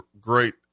great